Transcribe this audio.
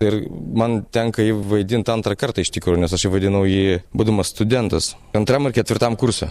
ir man tenka jį vaidint antrą kartą iš tikrųjų nes aš jau vadinau jį būdamas studentas antram ar ketvirtam kurse